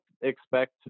expect